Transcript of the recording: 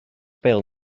bil